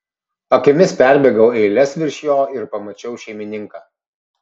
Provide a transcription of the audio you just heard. akimis perbėgau eiles virš jo ir pamačiau šeimininką